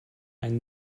ein